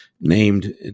named